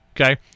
Okay